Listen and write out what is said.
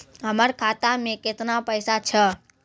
हमर खाता मैं केतना पैसा छह?